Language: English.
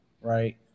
right